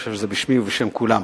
אני חושב שזה בשמי ובשם כולם.